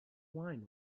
wine